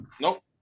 Nope